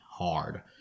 hard